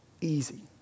easy